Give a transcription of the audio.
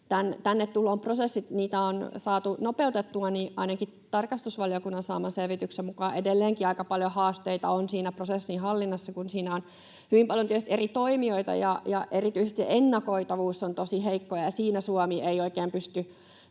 tänne tulon prosesseja on saatu nopeutettua, niin ainakin tarkastusvaliokunnan saaman selvityksen mukaan edelleenkin aika paljon haasteita on siinä prosessin hallinnassa, kun siinä on hyvin paljon tietysti eri toimijoita ja erityisesti ennakoitavuus on tosi heikko. Siinä Suomi ei oikein pysty